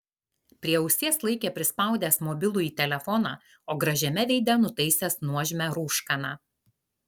prie ausies laikė prispaudęs mobilųjį telefoną o gražiame veide nutaisęs nuožmią rūškaną